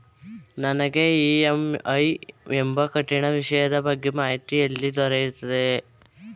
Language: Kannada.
ನನಗೆ ಇ.ಎಂ.ಐ ಎಂಬ ಕಠಿಣ ವಿಷಯದ ಬಗ್ಗೆ ಮಾಹಿತಿ ಎಲ್ಲಿ ದೊರೆಯುತ್ತದೆಯೇ?